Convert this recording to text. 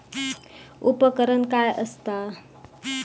उपकरण काय असता?